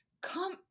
come